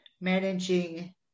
managing